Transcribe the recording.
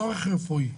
צורך רפואי.